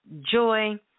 joy